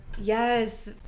yes